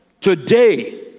Today